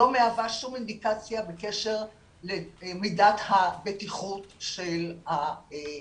לא מהווה שום אינדיקציה בקשר למידת הבטיחות של החיסון.